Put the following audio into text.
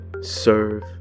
Serve